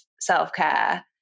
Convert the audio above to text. self-care